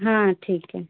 हाँ ठीक है